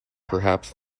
perhaps